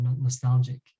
nostalgic